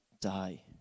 die